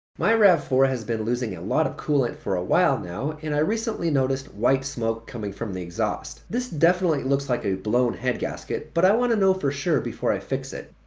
my r a v four has been losing a lot of coolant for a while now and i recently noticed white smoke coming from the exhaust. this definitely looks like a blown head gasket but i want to know for sure before i fix it.